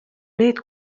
need